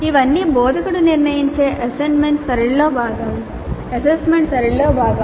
ఇవన్నీ బోధకుడు నిర్ణయించే అసెస్మెంట్ సరళిలో భాగం